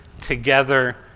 together